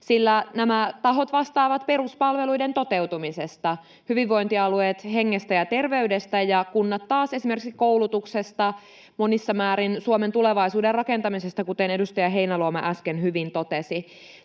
sillä nämä tahot vastaavat peruspalveluiden toteutumisesta, hyvinvointialueet hengestä ja terveydestä ja kunnat taas esimerkiksi koulutuksesta, monissa määrin Suomen tulevaisuuden rakentamisesta, kuten edustaja Heinäluoma äsken hyvin totesi.